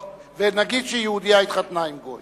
ונגיד שיהודייה התחתנה עם גוי?